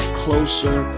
closer